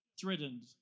threatened